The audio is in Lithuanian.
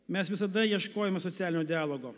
mes visada ieškojome socialinio dialogo